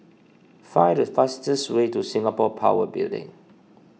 find the fastest way to Singapore Power Building